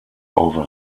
over